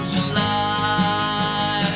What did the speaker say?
July